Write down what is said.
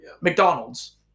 McDonald's